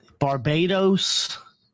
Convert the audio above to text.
Barbados